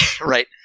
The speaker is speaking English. right